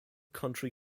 country